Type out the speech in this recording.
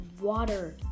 water